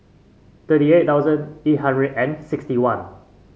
thirty eight thousand eight hundred and sixty one